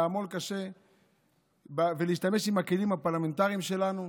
לעמול קשה ולהשתמש בכלים הפרלמנטריים שלנו.